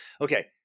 Okay